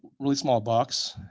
really small box.